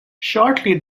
shortly